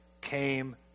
came